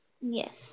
Yes